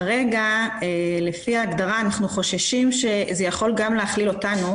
כרגע לפי ההגדרה אנחנו חוששים שזה יכול גם להכיל אותנו